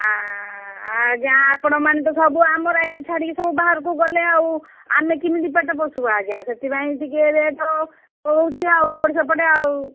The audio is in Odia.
ହଁ ହଁ ଆଜ୍ଞା ଆପଣ ମାନେ ତ ସବୁ ଆମ ରାଇଜ ଛାଡ଼ିକି ସବୁ ବାହାରକୁ ଗଲେ ଆଉ ଆମେ କିମିତି ପେଟ ପୋଷିବୁ ଆଜ୍ଞା ସେଥିପାଇଁ ଟିକେ ରେଟ୍ ହେଉଛି ଆଉ ଏପଟେ ସେପଟେ ଆଉ